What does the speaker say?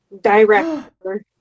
director